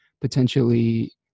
potentially